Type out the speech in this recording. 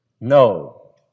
No